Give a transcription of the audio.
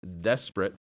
desperate